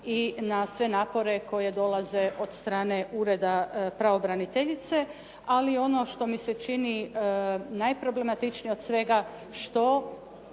i na sve napore koji dolaze od strane ureda pravobraniteljice. Ali ono što mi se čini najproblematičnije od svega što